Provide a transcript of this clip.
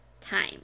time